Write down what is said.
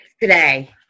today